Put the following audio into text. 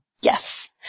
Yes